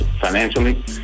financially